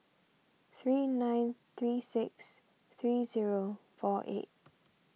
three nine three six three zero four eight